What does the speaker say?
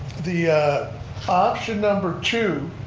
the option number two,